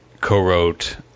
co-wrote